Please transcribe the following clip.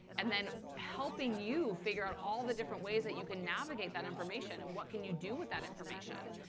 and then helping you figure out all the different ways that you can navigate that information and what can you do with that information.